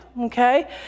okay